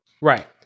Right